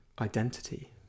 identity